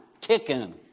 Kicking